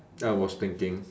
I was thinking